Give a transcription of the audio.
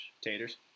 Taters